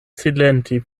silenti